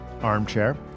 armchair